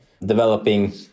developing